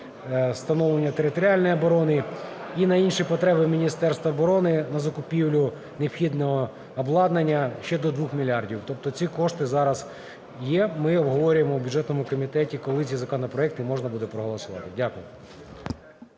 встановлення територіальної оборони і на інші потреби Міністерства оборони на закупівлю необхідного обладнання – ще до 2 мільярдів. Тобто ці кошти зараз є, ми обговорюємо в бюджетному комітеті, коли ці законопроекти можна буде проголосувати. Дякую.